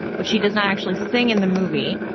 which she doesn't actually sing in the movie.